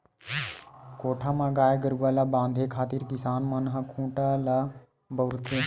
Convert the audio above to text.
कोठा म गाय गरुवा ल बांधे खातिर किसान मन ह खूटा ल बउरथे